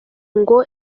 ngo